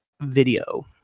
video